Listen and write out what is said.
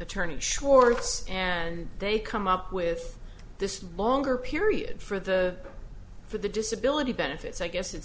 attorney shorts and they come up with this longer period for the for the disability benefits i guess it's